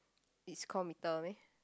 it's called meter meh